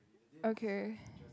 okay